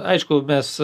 aišku mes